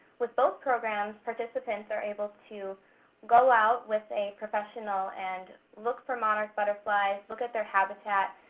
with both programs, participants are able to go out with a professional and look for monarch butterflies, look at their habitat,